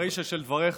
לרישא של דבריך,